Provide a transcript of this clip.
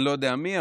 אני לא יודע מי,